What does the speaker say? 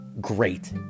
great